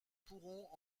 pourrons